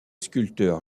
sculpteurs